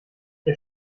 der